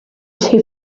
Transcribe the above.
who